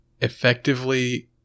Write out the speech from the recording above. effectively